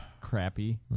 Crappy